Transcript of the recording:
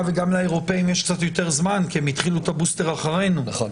וגם לאירופים יש יותר זמן כי הם התחילו את הבוסטר אחרינו אבל